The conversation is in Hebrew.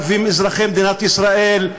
כשאומרים לכם "ערבים אזרחי מדינת ישראל",